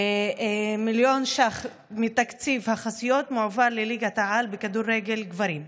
מיליון ש"ח מתקציב החסויות מועבר לליגת העל בכדורגל גברים.